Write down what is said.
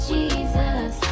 Jesus